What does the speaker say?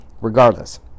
Regardless